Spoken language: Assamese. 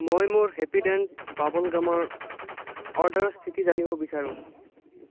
মই মোৰ হেপী ডেণ্ট বাবল গামৰ অৰ্ডাৰৰ স্থিতি জানিব বিচাৰোঁ